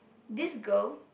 this girl